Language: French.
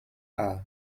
art